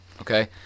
Okay